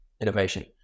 innovation